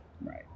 Right